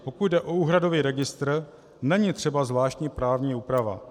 Pokud jde o úhradový registr, není třeba zvláštní právní úprava.